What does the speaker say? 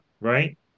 right